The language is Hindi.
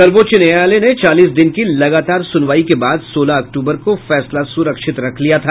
सर्वोच्च न्यायालय ने चालीस दिन की लगातार सुनवाई के बाद सोलह अक्तूबर को फैसला सुरक्षित रख लिया था